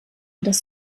das